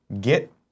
Get